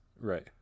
Right